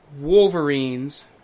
Wolverine's